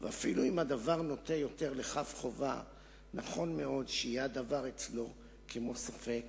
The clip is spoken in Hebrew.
"ואפילו אם הדבר נוטה יותר לכף חובה נכון מאוד שיהיה הדבר אצלו כמו ספק